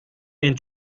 and